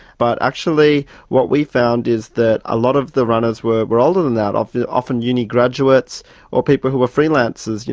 but actually what we found is that a lot of the runners were were older than that, often often uni graduates or people who were freelancers,